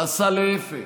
ועשה להפך,